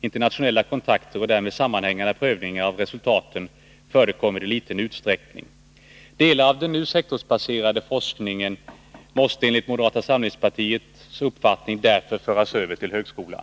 Internationella kontakter och därmed sammanhäng ande prövning av resultaten förekommer i liten utsträckning. Delar av den nu sektorsbaserade forskningen måste därför, enligt moderata samlingspartiets uppfattning, föras över till högskolan.